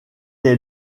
est